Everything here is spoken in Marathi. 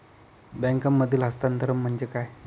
बँकांमधील हस्तांतरण म्हणजे काय?